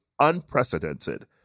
unprecedented